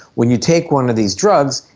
when you take one of these drugs,